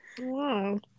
Wow